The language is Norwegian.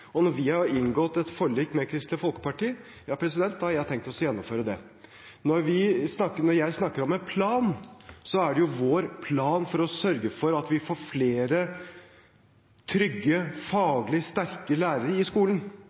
Og når vi har inngått et forlik med Kristelig Folkeparti, da har jeg tenkt å gjennomføre det. Når jeg snakker om en plan, er det vår plan for å sørge for at vi får flere trygge, faglig sterke lærere i skolen,